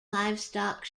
livestock